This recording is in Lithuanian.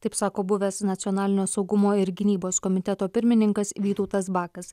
taip sako buvęs nacionalinio saugumo ir gynybos komiteto pirmininkas vytautas bakas